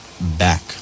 back